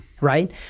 right